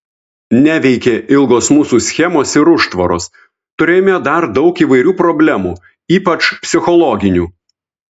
neveikė ilgos mūsų schemos ir užtvaros turėjome dar daug įvairių problemų ypač psichologinių